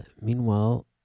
meanwhile